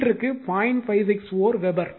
564 weber